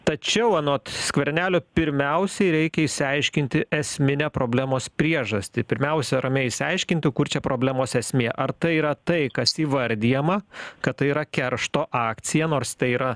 tačiau anot skvernelio pirmiausiai reikia išsiaiškinti esminę problemos priežastį pirmiausia ramiai išsiaiškinti kur čia problemos esmė ar tai yra tai kas įvardijama kad tai yra keršto akcija nors tai yra